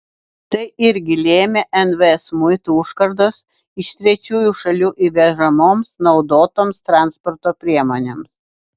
tai irgi lėmė nvs muitų užkardos iš trečiųjų šalių įvežamoms naudotoms transporto priemonėms